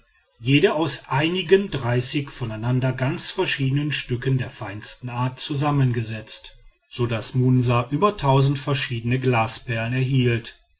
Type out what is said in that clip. jede aus einigen dreißig voneinander ganz verschiedenen stücken der feinsten art zusammengesetzt so daß munsa über verschiedene glasperlen erhielt